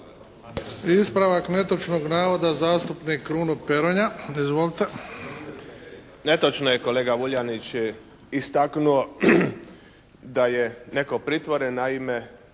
Ispravak netočnog navoda, zastupnik Kruno Peronja. Izvolite. **Peronja, Kruno (HDZ)** Netočno je kolega Vuljanić istaknuo da je neko pritvoren naime